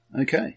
Okay